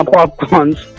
Popcorns